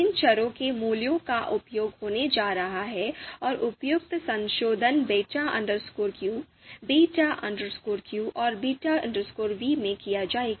इन चरों के मूल्यों का उपयोग होने जा रहा है और उपयुक्त संशोधन Beta q beta p और beta v में किया जाएगा